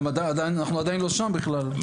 גם אנחנו עדיין לא שם בכלל,